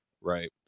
Right